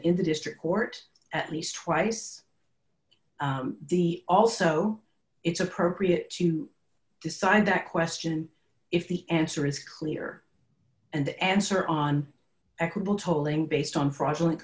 in the district court at least twice the also it's appropriate to decide that question if the answer is clear and answer on equable totaling based on fraudulent